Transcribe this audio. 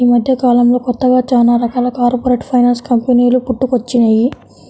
యీ మద్దెకాలంలో కొత్తగా చానా రకాల కార్పొరేట్ ఫైనాన్స్ కంపెనీలు పుట్టుకొచ్చినియ్యి